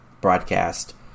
broadcast